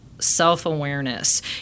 self-awareness